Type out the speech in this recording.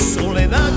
Soledad